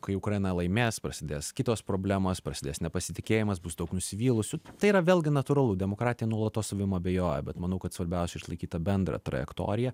kai ukraina laimės prasidės kitos problemos prasidės nepasitikėjimas bus daug nusivylusių tai yra vėlgi natūralu demokratija nuolatos savim abejoja bet manau kad svarbiausia išlaikyt tą bendrą trajektoriją